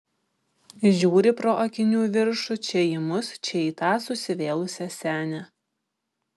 žiūri pro akinių viršų čia į mus čia į tą susivėlusią senę